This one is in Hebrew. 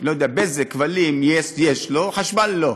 לא יודע, "בזק", כבלים, yes, יש לו, חשמל לא.